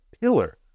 pillar